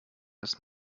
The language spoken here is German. ist